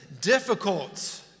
difficult